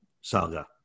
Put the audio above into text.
saga